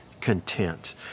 content